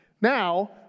Now